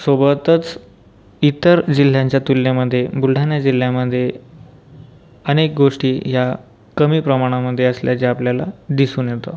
सोबतच इतर जिल्ह्यांच्या तुलनेमध्ये बुलढाणा जिल्ह्यामध्ये अनेक गोष्टी ह्या कमी प्रमाणामध्ये असल्याचे आपल्याला दिसून येतं